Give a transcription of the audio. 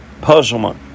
puzzlement